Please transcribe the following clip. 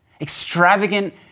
extravagant